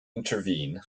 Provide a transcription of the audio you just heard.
intervene